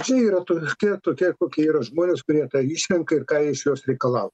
čia yra tokia tokia kokie yra žmonės kurie tą išrenka ir ką iš jos reikalaut